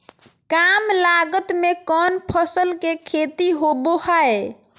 काम लागत में कौन फसल के खेती होबो हाय?